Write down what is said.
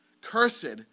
cursed